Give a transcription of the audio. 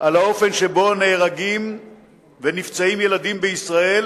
על האופן שבו נהרגים ונפצעים ילדים בישראל